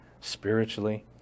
spiritually